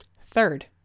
Third